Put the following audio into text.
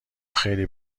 خیلی